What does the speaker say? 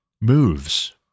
moves